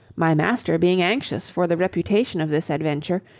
my master being anxious for the reputation of this adventure,